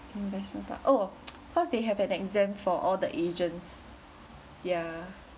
investment but oh cause they have an exam for all the agents yeah